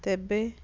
ତେବେ